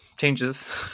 changes